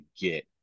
get